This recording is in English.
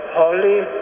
holy